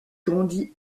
grandit